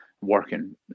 working